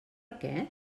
què